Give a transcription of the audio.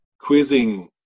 quizzing